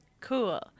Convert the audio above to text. Cool